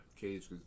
cage